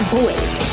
boys